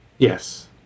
yes